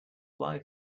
fly